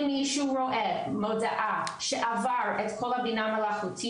אם מישהו רואה מודעה שעברה את כל ה"בינה מלאכותית"